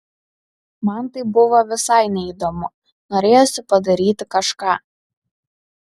man tai buvo visai neįdomu norėjosi padaryti kažką